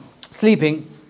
sleeping